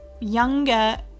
younger